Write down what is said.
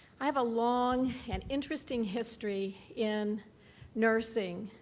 i have a long and interesting history in nursing.